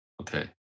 okay